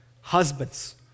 Husbands